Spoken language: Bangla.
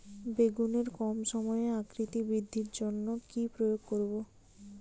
বেগুনের কম সময়ে আকৃতি বৃদ্ধির জন্য কি প্রয়োগ করব?